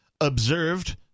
observed